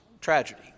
tragedy